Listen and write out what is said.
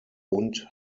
und